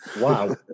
Wow